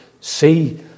see